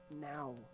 now